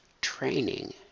training